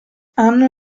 hanno